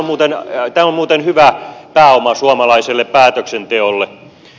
tämä on muuten hyvä pääoma suomalaiselle päätöksenteolle